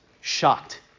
shocked